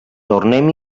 tornem